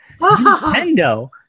nintendo